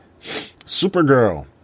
Supergirl